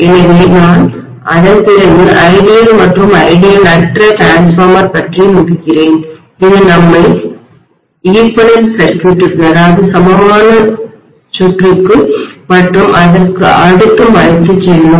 எனவே நான் அதன்பிறகு ஐடியல் மற்றும் ஐடியல் அற்ற மின்மாற்றிடிரான்ஸ்ஃபார்மர் பற்றி முடிக்கிறேன் இது நம்மை சமமான சுற்றுக்கு சர்க்யூட்டுக்கு மற்றும் அதற்கு அடுத்தும் அழைத்துச் செல்லும்